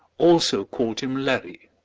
also called him larry.